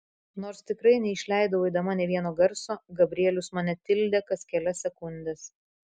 nors tikrai neišleidau eidama nė vieno garso gabrielius mane tildė kas kelias sekundes